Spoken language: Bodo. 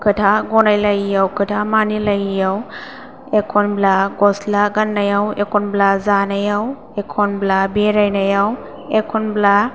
खोथा गनायलायैयाव खोथा मानिलायियाव एखनब्ला गस्ला गाननायाव एखनब्ला जानायाव एखनब्ला बेरायनायाव एखनब्ला